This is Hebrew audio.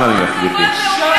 אנא ממך, גברתי.